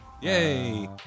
Yay